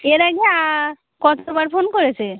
এর আগে কত বার ফোন করেছে